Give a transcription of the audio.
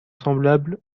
semblables